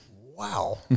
Wow